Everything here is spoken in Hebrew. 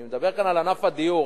אני מדבר כאן על ענף הדיור,